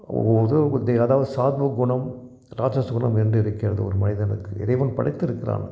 உ உதவுபதி அதாவது சாத்வ குணம் ராட்சச குணம் என்று இருக்கிறது ஒரு மனிதனுக்கு இறைவன் படைத்திருக்கிறான்